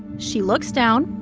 she looks down,